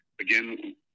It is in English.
again